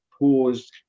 paused